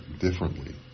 differently